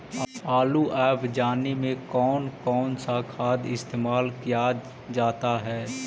आलू अब जाने में कौन कौन सा खाद इस्तेमाल क्या जाता है?